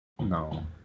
No